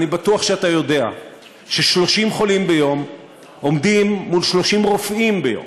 אני בטוח שאתה יודע ש-30 חולים ביום עומדים מול 30 רופאים ביום